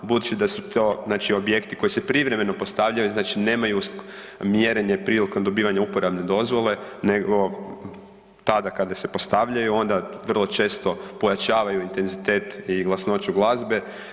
Budući da su to objekti koji se privremeno postavljaju, nemaju mjerenje prilikom dobivanja uporabne dozvole nego tada kada se postavljaju onda vrlo često pojačavaju intenzitet i glasnoću glazbe.